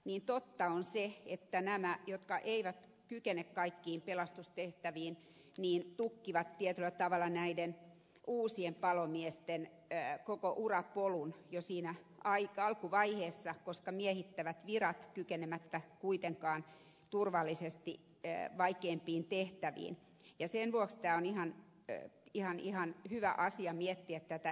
totta on se että nämä jotka eivät kykene kaikkiin pelastustehtäviin tukkivat tietyllä tavalla näiden uusien palomiesten koko urapolun jo siinä alkuvaiheessa koska he miehittävät virat kykenemättä kuitenkaan turvallisesti vaikeimpiin tehtäviin ja sen vuoksi on ihan hyvä asia miettiä tätä eläkeikää